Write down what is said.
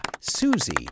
Susie